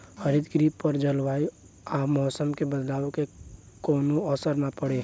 हरितगृह पर जलवायु आ मौसम के बदलाव के कवनो असर ना पड़े